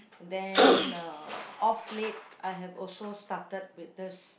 then uh of late I have also started with this